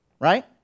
right